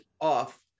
off